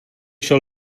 šel